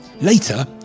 later